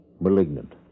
Malignant